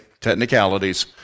technicalities